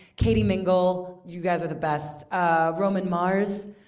katie mingle. you guys are the best. ah roman mars,